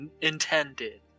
intended